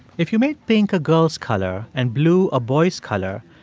if you made pink a girl's color and blue a boy's color,